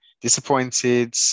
Disappointed